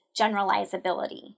generalizability